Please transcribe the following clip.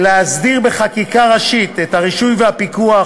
ולהסדיר בחקיקה ראשית את הרישוי והפיקוח